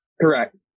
correct